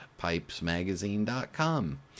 PipesMagazine.com